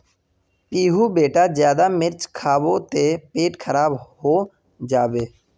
पीहू बेटा ज्यादा मिर्च खाबो ते पेट खराब हों जाबे